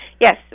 yes